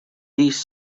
these